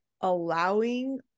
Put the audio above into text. allowing